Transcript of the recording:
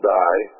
die